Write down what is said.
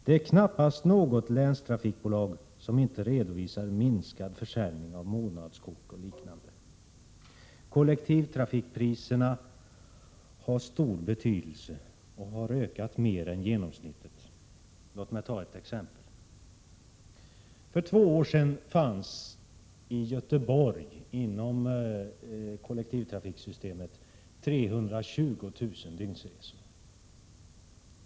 Det är knappast något länstrafikbolag som inte redovisar en minskad försäljning av månads kort och liknande. Kollektivtrafikpriserna har stor betydelse och har stigit mer än genomsnittet. Låt mig ta ett exempel. För två år sedan gjordes i Göteborg inom kollektivtrafiksystemet 320 000 dygnsresor.